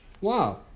Wow